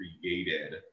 created